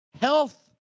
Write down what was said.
health